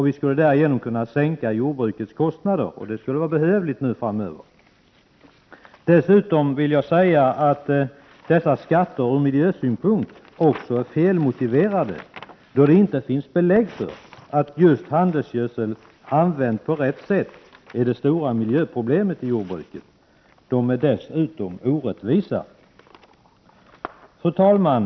Vi skulle därigenom kunna sänka jordbrukets kostnader — och det skulle vara behövligt nu framöver. Dessutom vill jag säga att dessa skatter ur miljösynpunkt är felmotiverade, då det inte finns belägg för att just handelsgödsel, använd på rätt sätt, är det stora miljöproblemet inom jordbruket. Skatterna är också orättvisa. Fru talman!